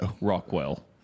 Rockwell